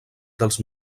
dels